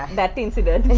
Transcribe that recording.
um that incident